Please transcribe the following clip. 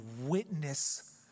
witness